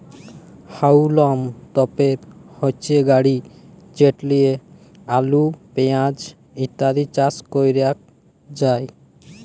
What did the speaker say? হাউলম তপের হচ্যে গাড়ি যেট লিয়ে আলু, পেঁয়াজ ইত্যাদি চাস ক্যরাক যায়